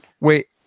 Wait